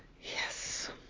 Yes